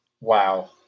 Wow